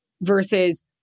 versus